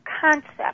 concept